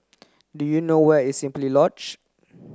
do you know where is Simply Lodge